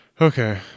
Okay